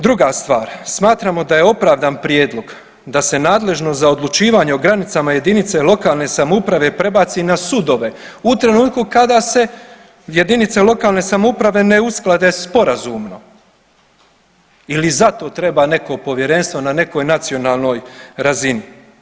Druga stvar, smatramo da je opravdan prijedlog da se nadležnost za odlučivanje o granicama jedinice lokalne samouprave prebaci na sudove u trenutku kada se jedinice lokalne samouprave ne usklade sporazumno ili i za to treba neko povjerenstvo na nekoj nacionalnoj razini.